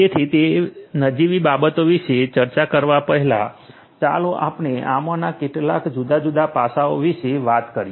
તેથી તે નજીવી બાબતો વિશે ચર્ચા કરતા પહેલા ચાલો આપણે આમાંના કેટલાક જુદા જુદા પાસાઓ વિશે વાત કરીએ